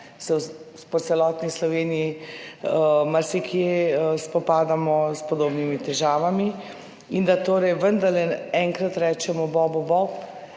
se po celotni Sloveniji marsikje spopadamo s podobnimi težavami, da vendarle enkrat rečemo bobu bob